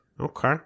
Okay